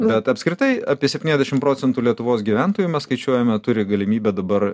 bet apskritai apie septyniasdešim procentų lietuvos gyventojų mes skaičiuojame turi galimybę dabar